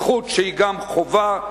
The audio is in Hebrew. זכות שהיא גם חובה,